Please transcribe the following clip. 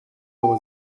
zéro